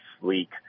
sleek